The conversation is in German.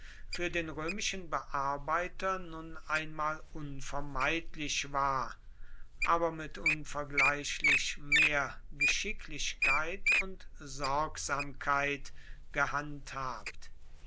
für den römischen bearbeiter nun einmal unvermeidlich war aber mit unvergleichlich mehr geschicklichkeit und sorgsamkeit gehandhabt